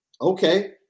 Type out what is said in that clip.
Okay